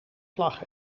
vlag